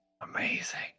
amazing